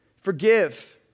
Forgive